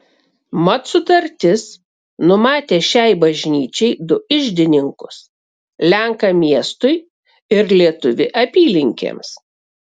mat sutartis numatė šiai bažnyčiai du iždininkus lenką miestui ir lietuvį apylinkėms